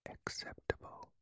Acceptable